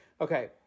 Okay